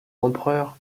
empereur